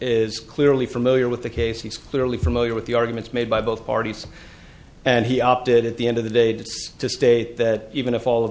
is clearly familiar with the case he's clearly familiar with the arguments made by both parties and he opted at the end of the day to state that even if all of